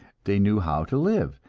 they knew how to live,